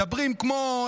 מדברים כמו,